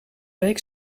week